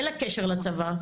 אין לה קשר לצבא.